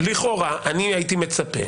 לכאורה אני הייתי מצפה